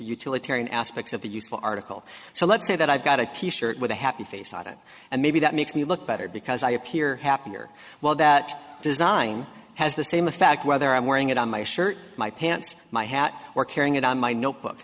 utilitarian aspects of the useful article so let's say that i've got a t shirt with a happy face on it and maybe that makes me look better because i appear happier while that design has the same a fact whether i'm wearing it on my shirt my pants my hat or carrying it on my notebook